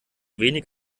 wenig